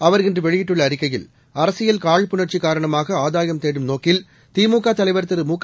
அவர் இன்று வெளியிட்டுள்ள அறிக்கையில் அரசியல் காழ்ப்புணர்ச்சி காரணமாக ஆதாயம் தேடும் நோக்கில் திமுக தலைவா் திரு முக